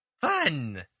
fun